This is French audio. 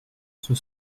sur